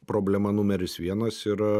problema numeris vienas yra